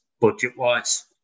budget-wise